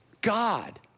God